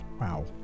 Wow